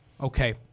okay